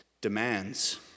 demands